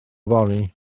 fory